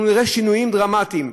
אנחנו נראה שינויים דרמטיים.